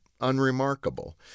unremarkable